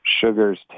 sugar's